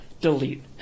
Delete